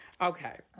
Okay